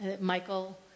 Michael